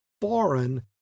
foreign